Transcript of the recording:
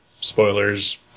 Spoilers